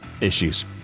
issues